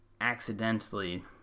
accidentally